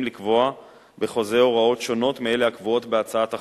לקבוע בחוזה הוראות שונות מאלה הקבועות בהצעת החוק,